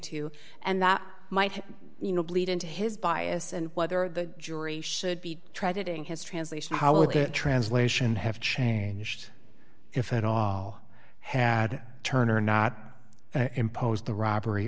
to and that might you know bleed into his bias and whether the jury should be transiting his translation how it translation have changed if at all had turner not imposed the robbery